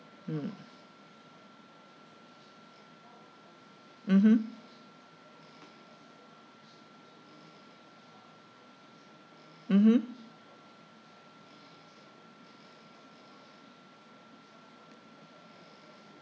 mm mmhmm mmhmm